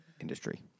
industry